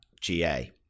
GA